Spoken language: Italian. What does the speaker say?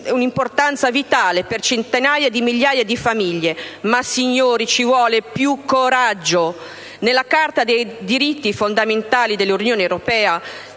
di importanza vitale per centinaia di migliaia di famiglie. Ma, signori, ci vuole più coraggio. All'articolo 34 della Carta dei diritti fondamentali dell'Unione europea